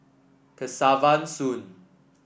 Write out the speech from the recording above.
Kesavan Soon